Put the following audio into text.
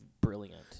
brilliant